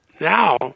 now